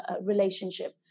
relationship